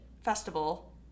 festival